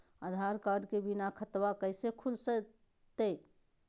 आधार card के बिना खाताबा कैसे खुल तय?